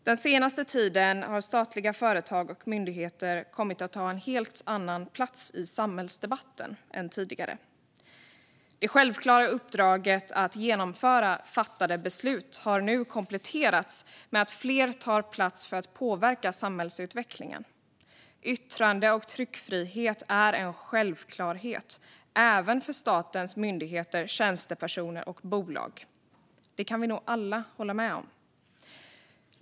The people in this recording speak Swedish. Den senaste tiden har statliga företag och myndigheter kommit att ta en helt annan plats i samhällsdebatten än tidigare. Det självklara uppdraget att genomföra fattade beslut har nu kompletterats med att fler tar plats för att påverka samhällsutvecklingen. Yttrande och tryckfrihet är en självklarhet, även för statens myndigheter, tjänstepersoner och bolag. Det kan vi nog alla hålla med om.